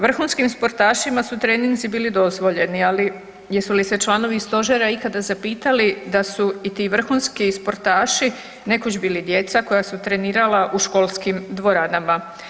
Vrhunskim sportašima su treninzi bili dozvoljeni, ali jesu li se članovi stožera ikada zapitali da su i ti vrhunski sportaši nekoć bili djeca koja su trenirala u školskim dvoranama.